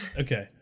Okay